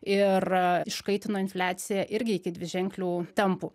ir iškaitino infliaciją irgi iki dviženklių tempų